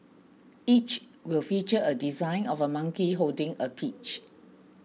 each will feature a design of a monkey holding a peach